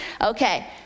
Okay